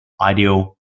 ideal